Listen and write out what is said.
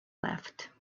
left